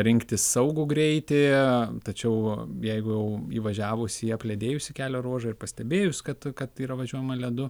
rinktis saugų greitį tačiau jeigu įvažiavus į apledėjusį kelio ruožą ir pastebėjus kad kad yra važiuojama ledu